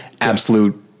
absolute